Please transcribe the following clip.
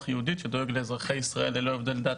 יהודית שדואג לאזרחי ישראל ללא הבדל דת,